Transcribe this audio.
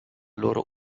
loro